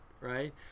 right